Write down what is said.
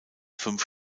fünf